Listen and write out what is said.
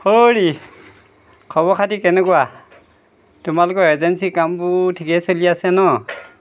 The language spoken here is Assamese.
হ'ৰি খবৰ খাতি কেনেকুৱা তোমালোকৰ এজেঞ্চি কামবোৰ ঠিকেই চলি আছে ন